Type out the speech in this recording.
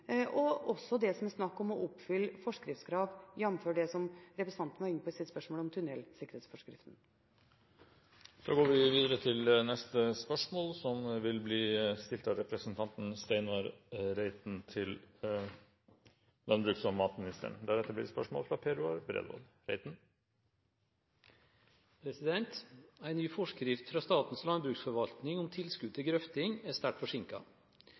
og det som dreier seg om å oppfylle forskriftskrav, jf. det representanten var inne på i sitt spørsmål om tunnelsikkerhetsforskriften. Dette spørsmålet er utsatt til neste spørretime. «En ny forskrift fra Statens landbruksforvaltning om tilskudd til grøfting er sterkt